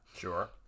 Sure